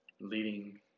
Leading